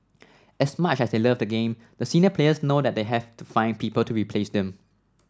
as much as they love the game the senior players know they have to find people to replace them